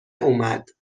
اومد